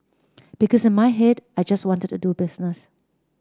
because in my head I just wanted to do business